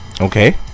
Okay